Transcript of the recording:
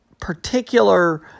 particular